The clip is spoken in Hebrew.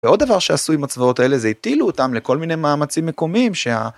ועוד דבר שעשו עם הצבאות האלה זה הטילו אותם לכל מיני מאמצים מקומיים שה...